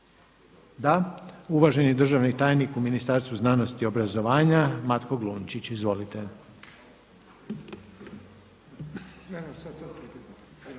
Da. Uvaženi državni tajnik u Ministarstvu znanosti, obrazovanja Matko Glunčić. Izvolite.